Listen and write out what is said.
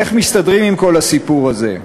איך מסתדרים עם כל הסיפור הזה.